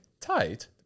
Tight